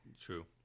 True